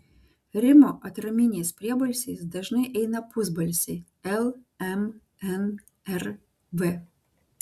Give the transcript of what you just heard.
rimo atraminiais priebalsiais dažnai eina pusbalsiai l m n r v